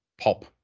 POP